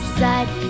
side